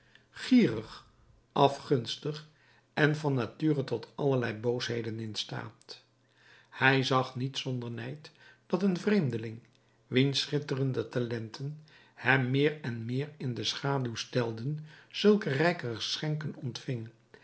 gierig afgunstig en van nature tot allerlei boosheden in staat hij zag niet zonder nijd dat een vreemdeling wiens schitterende talenten hem meer en meer in de schaduw stelden zulke rijke geschenken ontving